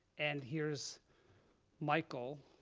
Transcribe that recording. and here's michael.